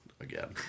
again